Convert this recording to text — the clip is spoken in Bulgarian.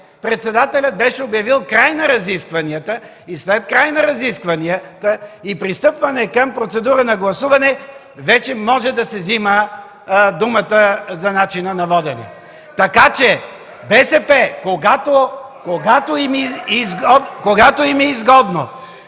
председателят беше обявил краят на разискванията. След края на разискванията и пристъпване към процедура на гласуване вече може да се взема думата за начина на водене. (Силен шум и